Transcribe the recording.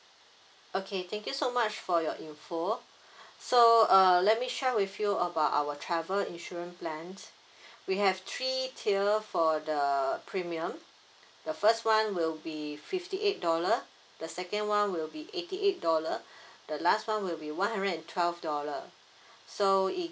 okay thank you so much for your info so uh let me share with you about our travel insurance plans we have three tier for the premium the first one will be fifty eight dollar the second one will be eighty eight dollar the last one will be one hundred and twelve dollar so it